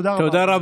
תודה רבה.